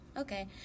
okay